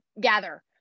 gather